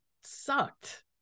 sucked